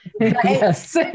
Yes